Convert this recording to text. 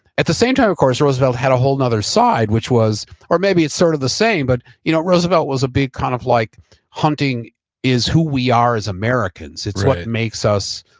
at the same time of course roosevelt had a whole and other side, which was or maybe it's sort of the same, but you know roosevelt was a big kind of like hunting is who we are as americans right it's what makes us.